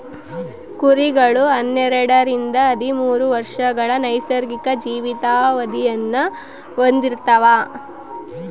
ಕುರಿಗಳು ಹನ್ನೆರಡರಿಂದ ಹದಿಮೂರು ವರ್ಷಗಳ ನೈಸರ್ಗಿಕ ಜೀವಿತಾವಧಿನ ಹೊಂದಿರ್ತವ